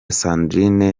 sandrine